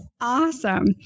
awesome